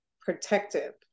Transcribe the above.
protective